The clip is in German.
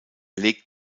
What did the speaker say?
legt